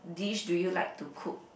dish do you like to cook